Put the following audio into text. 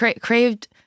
craved